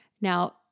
Now